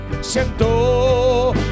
siento